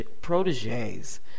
Proteges